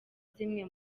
zimwe